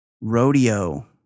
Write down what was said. rodeo